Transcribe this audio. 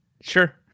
Sure